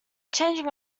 changing